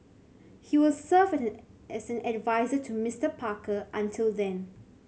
he will serve as an adviser to Mister Parker until then